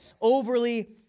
overly